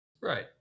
Right